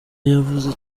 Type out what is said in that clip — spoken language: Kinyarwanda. yavuze